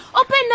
Open